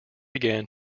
began